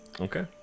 Okay